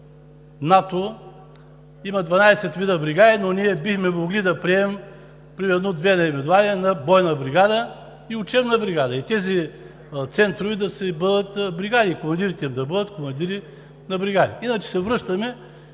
има 12 вида бригади, но ние бихме могли да приемем примерно две наименования – бойна бригада и учебна бригада, и тези центрове да бъдат бригади, а командирите им да бъдат командири на бригади. Иначе се връщаме